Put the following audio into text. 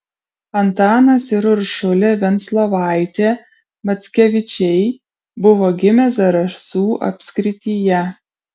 antanas ir uršulė venclovaitė mackevičiai buvo gimę zarasų apskrityje